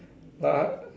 but